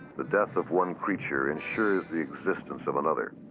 the death of one creature ensures the existence of another.